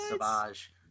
savage